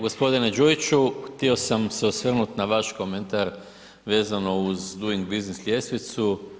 Gospodine Đujiću, htio sam se osvrnuti na vaš komentar vezano uz Doing Business ljestvicu.